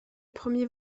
premier